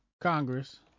Congress